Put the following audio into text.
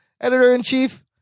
Editor-in-chief